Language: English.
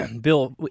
Bill